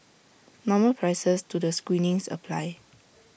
normal prices to the screenings apply